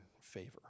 favor